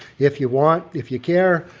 if you want, if you care,